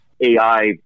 AI